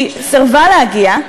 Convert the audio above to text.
היא סירבה להגיע.